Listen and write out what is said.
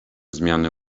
zmiany